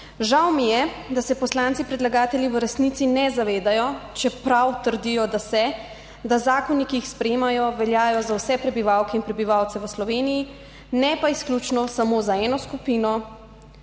Žal mi je, da se poslanci predlagatelji v resnici ne zavedajo, čeprav trdijo, da se, da zakoni, ki jih sprejemajo, veljajo za vse prebivalke in prebivalce v Sloveniji, ne pa izključno samo za eno skupino.